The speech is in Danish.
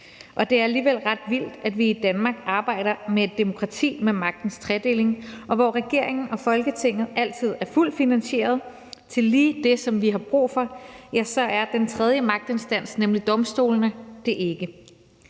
Og det er alligevel ret vildt, at vi i Danmark arbejder med et demokrati med magtens tredeling, og mens regeringen og Folketinget altid er fuldt finansieret til lige det, som vi har brug for, ja, så er den tredje magtinstans, nemlig domstolene, det ikke.